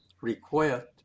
request